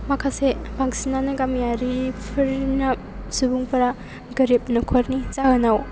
माखासे बांसिनानो गामियारिफोरना सुबुंफोरा गोरबि नखरनि जाहोनाव